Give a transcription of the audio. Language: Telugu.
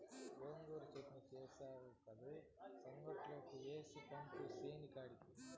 గోగాకు చెట్నీ సేస్తివి కదా, సంగట్లోకి ఏసి పంపు సేనికాడికి